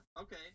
okay